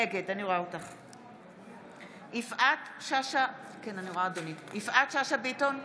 נגד יפעת שאשא ביטון,